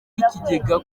w’ikigega